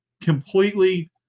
completely